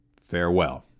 Farewell